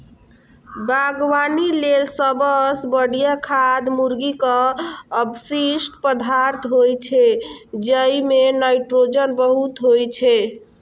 बागवानी लेल सबसं बढ़िया खाद मुर्गीक अवशिष्ट पदार्थ होइ छै, जइमे नाइट्रोजन बहुत होइ छै